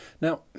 Now